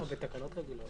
תקנות רגילות